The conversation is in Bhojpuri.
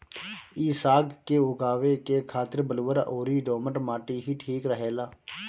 इ साग के उगावे के खातिर बलुअर अउरी दोमट माटी ही ठीक रहेला